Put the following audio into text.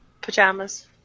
Pajamas